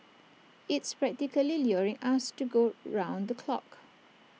it's practically luring us to go round the clock